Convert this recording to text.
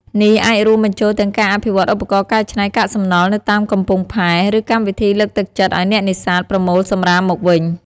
នេះអាចរួមបញ្ចូលទាំងការអភិវឌ្ឍឧបករណ៍កែច្នៃកាកសំណល់នៅតាមកំពង់ផែ ឬកម្មវិធីលើកទឹកចិត្តឲ្យអ្នកនេសាទប្រមូលសំរាមមកវិញ។